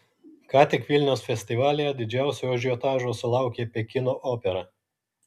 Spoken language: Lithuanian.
ką tik vilniaus festivalyje didžiausio ažiotažo sulaukė pekino opera